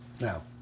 Now